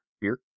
Beer